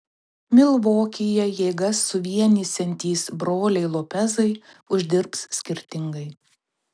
milvokyje jėgas suvienysiantys broliai lopezai uždirbs skirtingai